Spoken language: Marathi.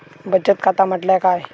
बचत खाता म्हटल्या काय?